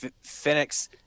Phoenix